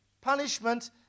punishment